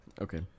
Okay